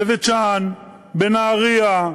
בבית-שאן, בנהריה,